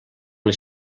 les